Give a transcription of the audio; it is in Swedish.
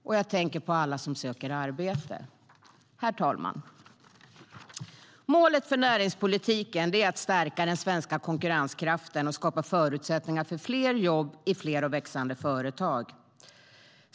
Och jag tänker på alla som söker arbete. Herr ålderspresident! Målet för näringspolitiken är att stärka den svenska konkurrenskraften och skapa förutsättningar för fler jobb i fler och växande företag.